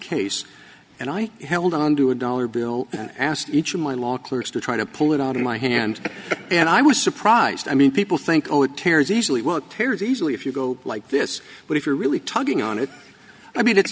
case and i held on to a dollar bill and asked each of my law clerks to try to pull it out of my hand and i was surprised i mean people think oh it tears usually work tears easily if you go like this but if you're really tugging on it i mean it's